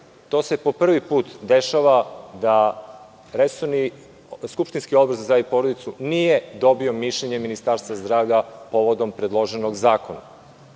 To se po prvi put dešava da skupštinski Odbor za zdravlje i porodicu nije dobio mišljenje Ministarstva zdravlja povodom pre4dloženog zakona. Drugo